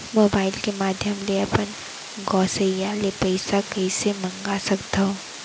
Mobile के माधयम ले अपन गोसैय्या ले पइसा कइसे मंगा सकथव?